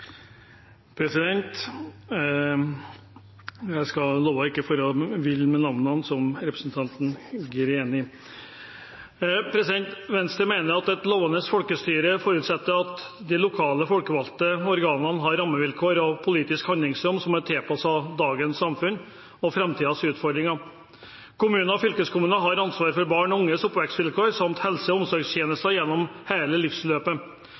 Jeg skal love ikke å fare vill med navnene, som representanten Greni. Venstre mener at et levende folkestyre forutsetter at de lokale folkevalgte organene har rammevilkår og politisk handlingsrom som er tilpasset dagens samfunn og framtidens utfordringer. Kommuner og fylkeskommuner har ansvaret for barn og unges oppvekstsvilkår samt helse- og omsorgstjenester gjennom hele livsløpet